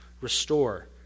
restore